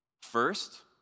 First